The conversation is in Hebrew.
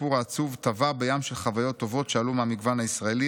הסיפור העצוב טבע בים של חוויות טובות שעלו מהמגוון הישראלי,